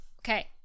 Okay